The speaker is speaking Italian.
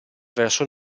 verso